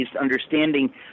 understanding